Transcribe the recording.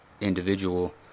individual